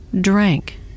drank